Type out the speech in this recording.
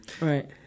right